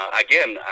Again